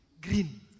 green